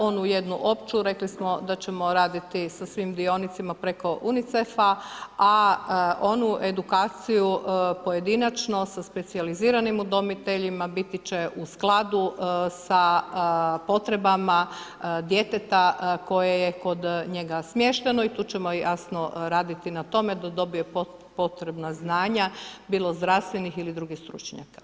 Onu jednu opću, rekli smo da ćemo raditi sa svim dionicima preko UNICEF-a, a onu edukaciju, pojedinačno sa specijaliziranim udomiteljima, biti će u skladu sa potrebama djeteta, koje je kod njega smješteno i tu ćemo jasno raditi na tome, da dobije potrebna znanja, bilo zdravstvenih ili drugih stručnjaka.